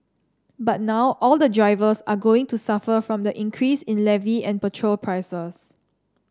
but now all the drivers are going to suffer from the increase in levy and petrol prices